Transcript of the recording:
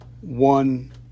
one